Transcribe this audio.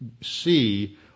see